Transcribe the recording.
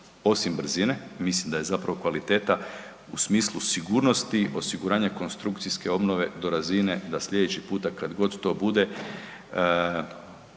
Osim brzine mislim da je zapravo kvaliteta u smislu sigurnosti, osiguranja konstrukcijske obnove do razine da slijedeći puta kad god to bude